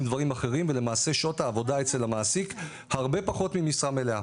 דברים אחרים ולמעשה שעות העבודה אצל המעסיק הרבה פחות ממשרה מלאה